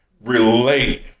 relate